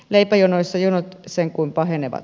leipäjonoissa jonot sen kuin pahenevat